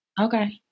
okay